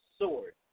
SWORD